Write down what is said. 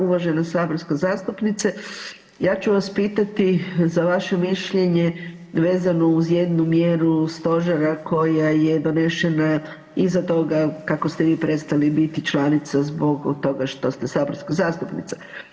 Uvažena saborska zastupnice, ja ću vas pitati za vaše mišljenje vezano uz jednu mjeru stožera koja je donešena iza toga kako ste vi prestali biti članica zbog toga što ste saborska zastupnica.